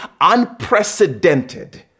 unprecedented